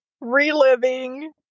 reliving